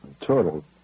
total